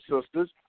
sisters